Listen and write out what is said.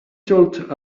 thought